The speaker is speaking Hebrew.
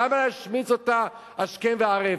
למה להשמיץ אותה השכם והערב?